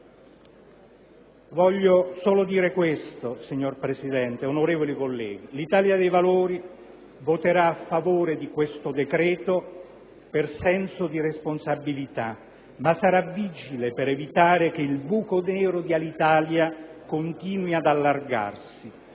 civile commerciale. Signor Presidente, onorevoli colleghi, l'Italia dei Valori voterà a favore di questo decreto-legge per senso di responsabilità, ma sarà vigile per evitare che il buco nero di Alitalia continui ad allargarsi.